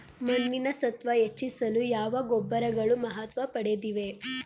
ಮಣ್ಣಿನ ಸತ್ವ ಹೆಚ್ಚಿಸಲು ಯಾವ ಗೊಬ್ಬರಗಳು ಮಹತ್ವ ಪಡೆದಿವೆ?